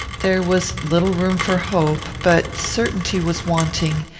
there was little room for hope but certainty was wanting,